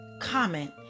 comment